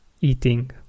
eating